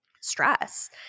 stress